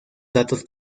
datos